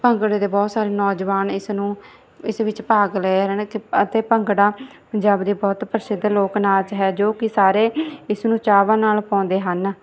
ਭੰਗੜੇ ਦੇ ਬਹੁਤ ਸਾਰੇ ਨੌਜਵਾਨ ਇਸ ਨੂੰ ਇਸ ਵਿੱਚ ਭਾਗ ਲੈ ਰਹੇ ਹਨ ਅਤੇ ਭੰਗੜਾ ਪੰਜਾਬ ਦਾ ਬਹੁਤ ਪ੍ਰਸਿੱਧ ਲੋਕ ਨਾਚ ਹੈ ਜੋ ਕਿ ਸਾਰੇ ਇਸ ਨੂੰ ਚਾਵਾਂ ਨਾਲ ਪਾਉਂਦੇ ਹਨ